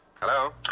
Hello